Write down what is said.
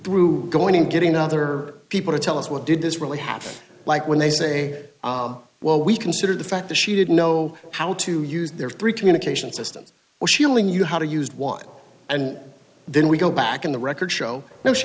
through going and getting other people to tell us what did this really happen like when they say well we consider the fact that she didn't know how to use their three communications systems or she only knew how to use one and then we go back in the records show and she